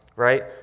right